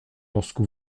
lorsque